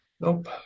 Nope